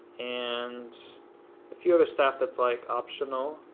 and a few other stuff that's like optional,